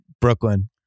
Brooklyn